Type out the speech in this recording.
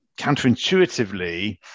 counterintuitively